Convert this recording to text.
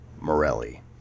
Morelli